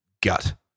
gut